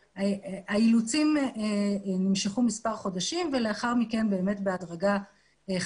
האילוצים נמשכו מספר חודשים ולאחר מכן באמת חזרנו